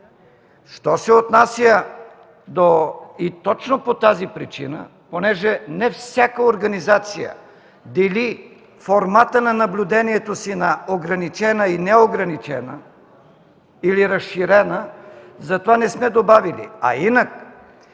Що се отнася и точно по тази причина, понеже не всяка организация дели формàта на наблюдението си на ограничена, неограничена или разширена, затова не сме добавили. А иначе,